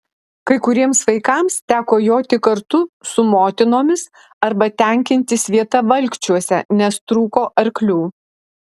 kai kuriems vaikams teko joti kartu su motinomis arba tenkintis vieta valkčiuose nes trūko arklių